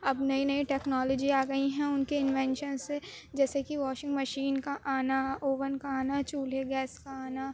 اب نئی نئی ٹیکنالوجی آ گئی ہیں اُن کے انوینشن سے جیسے کے واشنگ مشین کا آنا اوون کا آنا چولہے گیس کا آنا